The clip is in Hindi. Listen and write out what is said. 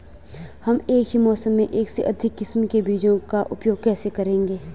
हम एक ही मौसम में एक से अधिक किस्म के बीजों का उपयोग कैसे करेंगे?